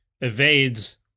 evades